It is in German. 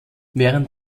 während